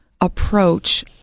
approach